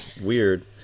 weird